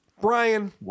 Brian